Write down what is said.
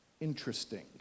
interesting